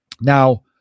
now